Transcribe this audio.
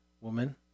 woman